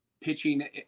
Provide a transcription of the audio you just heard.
pitching